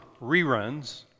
reruns